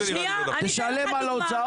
שנייה, אני אתן לך דוגמה.